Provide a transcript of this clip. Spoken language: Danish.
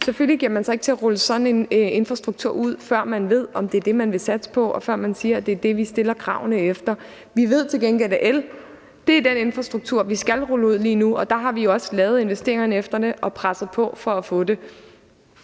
selvfølgelig ikke giver sig til at rulle sådan en infrastruktur ud, før man ved, om det er det, man vil satse på, og før man siger, at det er det, vi stiller kravene efter. Vi ved til gengæld, at el er den infrastruktur, vi skal rulle ud lige nu, og det har vi jo også lavet investeringerne efter og presset på for at få.